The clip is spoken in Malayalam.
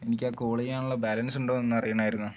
എനിക്ക് ആ കോൾ ചെയ്യാനുള്ള ബാലൻസ് ഉണ്ടോ എന്ന് അറിയണമായിരുന്നു